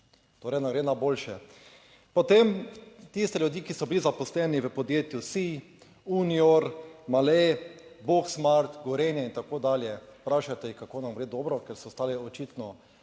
torej da gre na boljše. Potem tiste ljudi, ki so bili zaposleni v podjetju SI, Unior, Male, Boksmart, Gorenje in tako dalje, vprašajte kako nam gre dobro, ker so ostali očitno